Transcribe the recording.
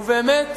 ובאמת,